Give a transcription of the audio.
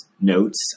notes